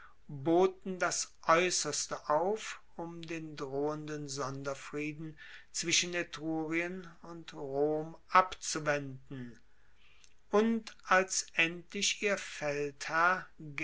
boten das aeusserste auf um den drohenden sonderfrieden zwischen etrurien und rom abzuwenden und als endlich ihr